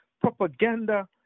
propaganda